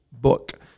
book